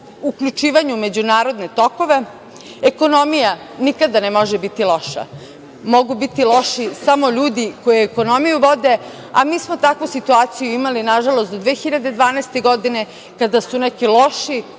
uključivanju u međunarodne tokove. Ekonomija nikada ne može biti loša. Mogu biti loši samo ljudi koji ekonomiju vode, a mi smo takvu situaciju imali nažalost do 2012. godine kada su neki loši,